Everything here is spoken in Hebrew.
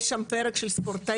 יש שם פרק של ספורטאים,